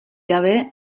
gabe